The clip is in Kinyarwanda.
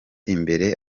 imbere